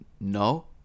No